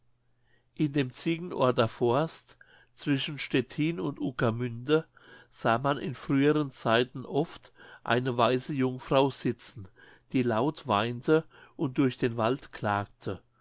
in dem ziegenorter forst zwischen stettin und uckermünde sah man in früheren zeiten oft eine weiße jungfrau sitzen die laut weinte und durch den wald klagte